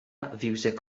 fiwsig